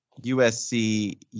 USC